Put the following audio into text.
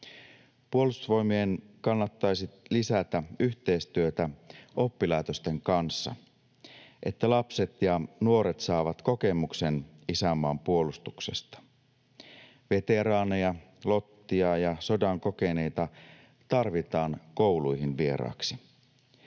Puolustusvoimien kannattaisi lisätä yhteistyötä oppilaitosten kanssa, että lapset ja nuoret saavat kokemuksen isänmaan puolustuksesta. Veteraaneja, lottia ja sodan kokeneita tarvitaan kouluihin vieraaksi.